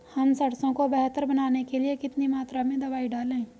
हम सरसों को बेहतर बनाने के लिए कितनी मात्रा में दवाई डालें?